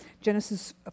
Genesis